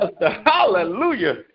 Hallelujah